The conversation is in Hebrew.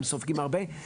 הם סופגים הרבה,